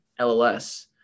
LLS